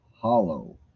hollow